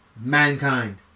Mankind